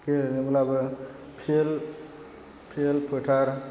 गेलेनोब्लाबो field फोथार